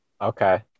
Okay